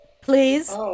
please